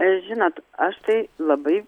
žinot aš tai labai